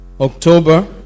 October